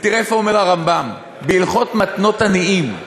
ותראה איפה אומר הרמב"ם: בהלכות מתנות עניים.